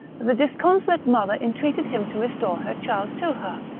the disconsolate mother entreated him to restore her child to her.